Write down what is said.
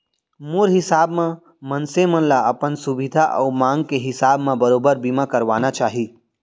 मोर हिसाब म मनसे मन ल अपन सुभीता अउ मांग के हिसाब म बरोबर बीमा करवाना चाही